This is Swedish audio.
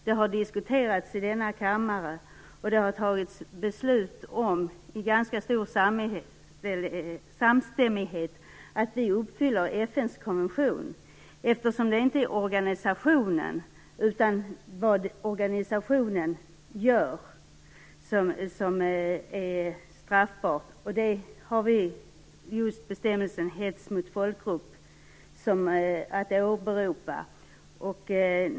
Det har diskuterats i denna kammare, och det har beslutats i ganska stor samstämmighet att vi uppfyller FN:s konvention eftersom det inte är organisationen utan vad organisationen gör som är straffbart. Där har vi just bestämmelsen om hets mot folkgrupp att åberopa.